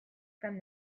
from